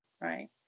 Right